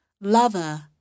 lover